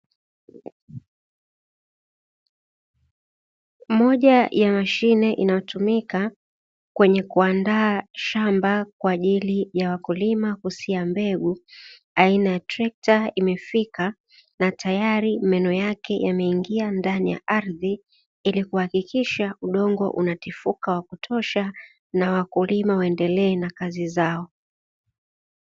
Moja ya mashine inayotumika kwenye kuandaa shamba kwa ajili ya wakulima kusia mbegu, aina ya trekta imefika tayari meno yake yameingia ndani ya ardhi, ili kuhakikisha udongo unatifuka wa kutosha, na wakulima waendelee na kazi zao.